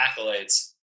accolades